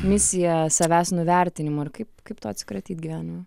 misija savęs nuvertinimo ir kaip kaip to atsikratyt gyvenime